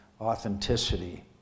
authenticity